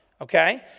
okay